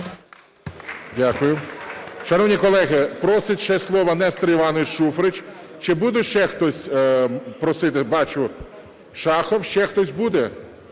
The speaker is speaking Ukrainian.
Дякую. Шановні колеги, просить ще слово Нестор Іванович Шуфрич. Чи буде ще хтось просити? Бачу, Шахов. Ще хтось буде?